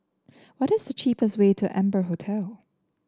what is the cheapest way to Amber Hotel